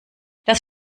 das